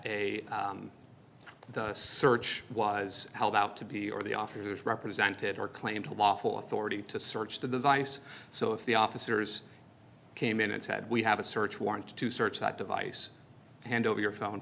a search was held out to be or the officers represented or claim to lawful authority to search the device so if the officers came in and said we have a search warrant to search that device hand over your phone